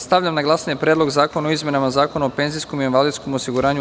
Stavljam na glasanje Predlog zakona o izmeni Zakona o penzijsko invalidskom osiguranju, u